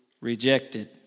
rejected